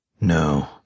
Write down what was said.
No